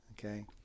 okay